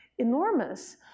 enormous